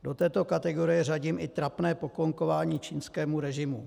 Do této kategorie řadím i trapné poklonkování čínskému režimu.